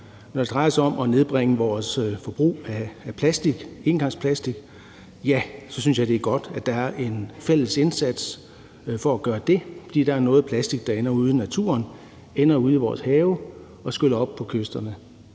Når det drejer sig om at nedbringe vores forbrug af engangsplast, synes jeg det er godt, der er en fælles indsats for at gøre det, fordi der er noget plastik, der ender ud i naturen og i vores have og skyller op på kysterne.